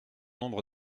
nombre